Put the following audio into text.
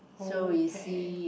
okay